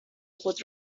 خود